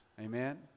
Amen